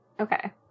Okay